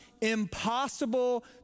impossible